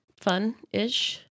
Fun-ish